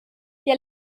der